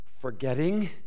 Forgetting